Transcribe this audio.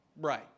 right